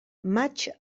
maig